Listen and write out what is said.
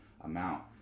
amount